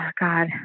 God